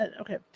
Okay